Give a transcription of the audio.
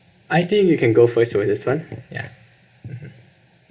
I think you can go first for this one ya mmhmm